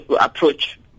approach